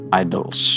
idols